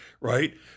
right